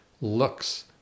looks